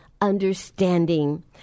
understanding